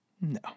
no